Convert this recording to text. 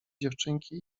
dziewczynki